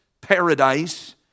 paradise